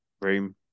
room